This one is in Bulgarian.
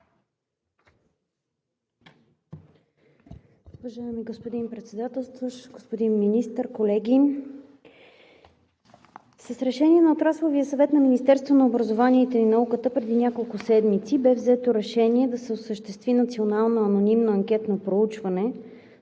Уважаеми господин Председателстващ, господин Министър, колеги! С решение на Отрасловия съвет на Министерството на образованието и науката преди няколко седмици бе взето решение да се осъществи национално анонимно анкетно проучване